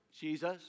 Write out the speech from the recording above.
Jesus